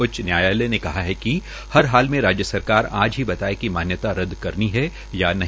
उच्च न्यायालय ने कहा है कि हर हाल में राज्य सरकार आज ही बताएं कि मान्यता रद्द करनी है या नहीं